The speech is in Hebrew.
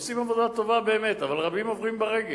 עושים עבודה טובה באמת, אבל רבים עוברים ברגל.